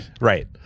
right